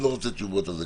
וגם לא רוצה תשובות על זה,